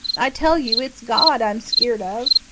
i tell you, it's god i'm skeered of.